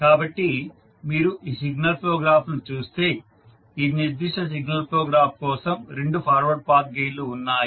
కాబట్టి మీరు ఈ సిగ్నల్ ఫ్లో గ్రాఫ్ను చూస్తే ఈ నిర్దిష్ట సిగ్నల్ ఫ్లో గ్రాఫ్ కోసం రెండు ఫార్వర్డ్ పాత్ గెయిన్ లు ఉన్నాయి